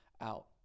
out